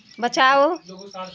बचाओ